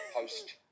post